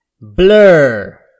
Blur